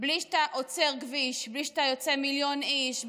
בלי שאתה עוצר כביש, בלי שאתה יוצא מיליון איש?